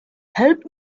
help